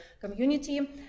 community